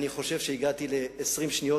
אני חושב שהגעתי ל-20 שניות.